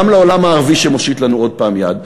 גם לעולם הערבי שמושיט לנו עוד פעם יד,